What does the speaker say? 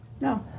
No